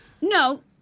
No